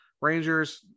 Rangers